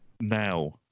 Now